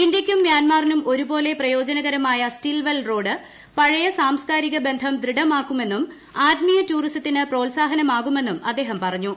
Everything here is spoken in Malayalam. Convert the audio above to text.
ഇന്ത്യയ്ക്കും മ്യാൻമറിനും ഒരുപോലെ പ്രയോജനകരമായ സ്റ്റിൽവെൽ റോഡ് പഴയ സാംസ്കാരിക ബന്ധം ദൃഢമാക്കുമെന്നും ആത്മീയ ടൂറിസത്തിന് പ്രോത്സാഹനമാകുമെന്നും അദ്ദേഹം പറഞ്ഞു